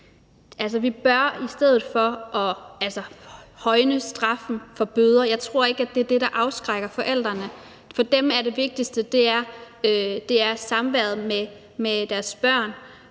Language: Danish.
i forhold til at højne straffen ved bøderne tror jeg ikke, at det er det, der afskrækker forældrene. For dem er det vigtigste samværet med deres børn,